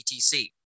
BTC